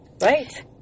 Right